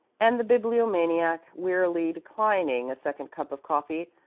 and the bibliomaniac, wearily declining a second cup of coffee,